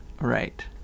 Right